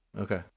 Okay